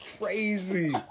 crazy